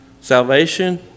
salvation